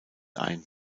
ein